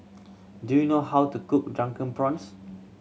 do you know how to cook Drunken Prawns